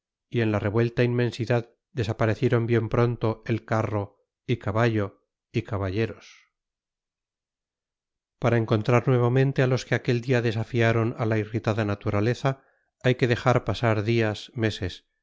y en la revuelta inmensidad desaparecieron bien pronto el carro y caballo y caballeros para encontrar nuevamente a los que aquel día desafiaron a la irritada naturaleza hay que dejar pasar días meses